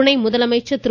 துணை முதலமைச்சர் திரு